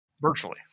Virtually